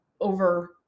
over